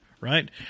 right